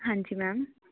ਹਾਂਜੀ ਮੈਮ